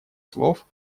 слов